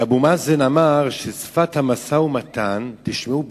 ואבו מאזן אמר תשמעו בדיוק,